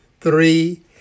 Three